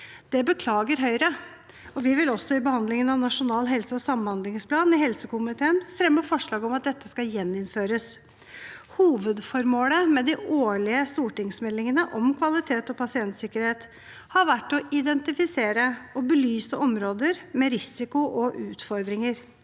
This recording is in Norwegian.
Det beklager Høyre. Vi vil også i behandlingen av Nasjonal helse- og samhandlingsplan i helsekomiteen fremme forslag om at dette skal gjeninnføres. Hovedformålet med de årlige stortingsmeldingene om kvalitet og pasientsikkerhet har vært å identifisere og belyse områder med risiko og utfordringer.